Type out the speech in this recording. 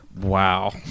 Wow